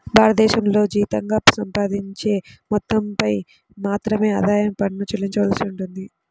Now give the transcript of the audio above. భారతదేశంలో జీతంగా సంపాదించే మొత్తంపై మాత్రమే ఆదాయ పన్ను చెల్లించవలసి ఉంటుంది